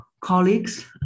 colleagues